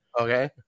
Okay